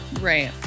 Right